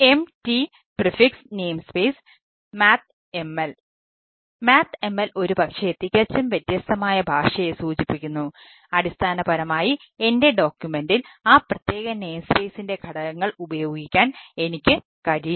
mt prefix ഘടകങ്ങൾ ഉപയോഗിക്കാൻ എനിക്ക് കഴിയും